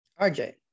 RJ